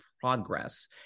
progress